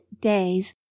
days